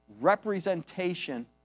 representation